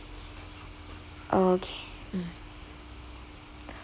okay mm